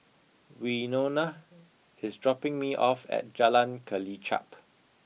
Wynona is dropping me off at Jalan Kelichap